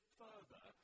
further